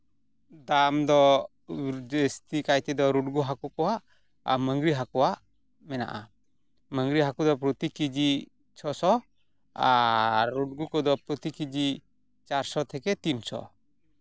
ᱫᱟᱢ ᱫᱚ ᱡᱟᱹᱥᱛᱤ ᱠᱟᱭ ᱛᱮᱫᱚ ᱨᱩᱰᱜᱩ ᱦᱟᱹᱠᱩ ᱠᱚᱣᱟᱜ ᱟᱨ ᱢᱟᱝᱜᱽᱨᱤ ᱦᱟᱹᱠᱩᱣᱟᱜ ᱢᱮᱱᱟᱜᱼᱟ ᱢᱟᱜᱽᱨᱤ ᱦᱟᱹᱠᱩ ᱫᱚ ᱯᱨᱚᱛᱤ ᱠᱮᱡᱤ ᱪᱷᱚ ᱥᱚ ᱟᱨ ᱨᱩᱰᱜᱩ ᱠᱚᱫᱚ ᱯᱨᱚᱛᱤ ᱠᱮᱡᱤ ᱪᱟᱨ ᱥᱚ ᱛᱷᱮᱠᱮ ᱛᱤᱱ ᱥᱚ